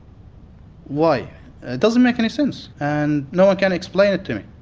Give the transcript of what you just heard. why? it doesn't make any sense. and no one can explain it to me.